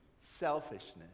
selfishness